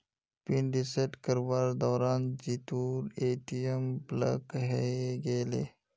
pin reset करवार दौरान जीतूर ए.टी.एम ब्लॉक हइ गेले